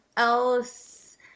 else